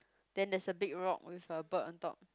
then there's a big rock with a bird on top